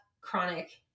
chronic